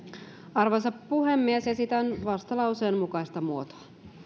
arvoisa puhemies esitän vastalauseen mukaista muotoa